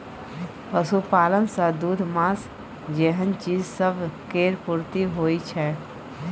पशुपालन सँ दूध, माँस जेहन चीज सब केर पूर्ति होइ छै